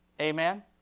Amen